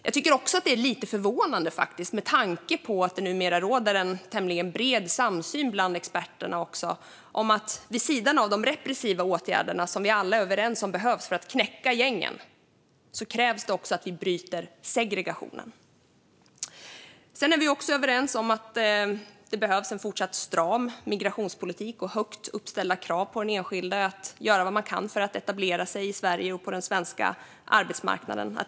Det är också lite förvånande med tanke på att det numera råder en tämligen bred samsyn bland experterna om att det vid sidan av de repressiva åtgärderna, som vi alla är överens om behövs för att knäcka gängen, också krävs att vi bryter segregationen. Vi är också överens om att det behövs en fortsatt stram migrationspolitik och högt ställda krav på den enskilde att göra vad man kan för att etablera sig i Sverige och på den svenska arbetsmarknaden.